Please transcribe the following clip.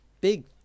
big